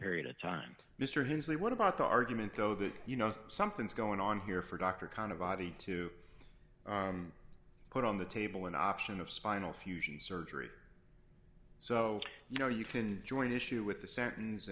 period of time mr henslee what about the argument though that you know something's going on here for dr khan a body to put on the table an option of spinal fusion surgery so you know you can join issue with the sentence